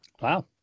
Wow